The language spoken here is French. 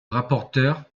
rapporteur